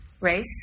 race